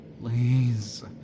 Please